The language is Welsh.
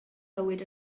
bywyd